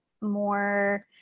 more